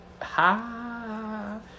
Ha